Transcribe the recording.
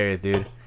dude